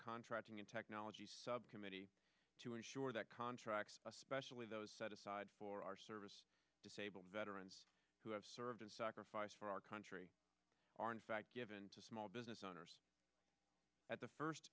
contracting and technology committee to ensure that contracts especially those set aside for our service disabled veterans who have served and sacrificed for our country are in fact given to small business owners at the first